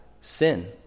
sin